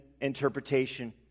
interpretation